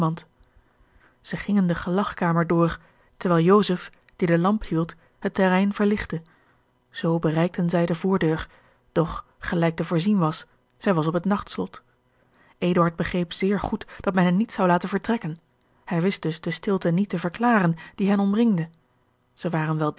zij gingen de gelagkamer door terwijl joseph die de lamp hield het terrein verlichtte zoo bereikten zij de voordeur doch gelijk te voorzien was zij was op het nachtslot eduard begreep zeer goed dat men hen niet zou laten vertrekken hij wist dus de stilte niet te verklaren die hen omringde zij waren